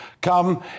come